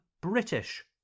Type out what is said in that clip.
British